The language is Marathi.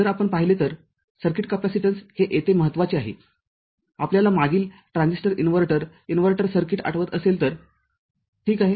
जर आपण पाहिले तर सर्किट कॅपेसिटन्स हे येथे महत्त्वाचे आहेआपल्याला मागील ट्रांजिस्टर इनव्हर्व्ह इन्व्हर्टर सर्किट आठवत असेल तर ठीक आहे